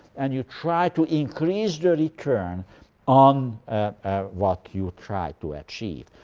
and you try to increase the return on what you try to achieve.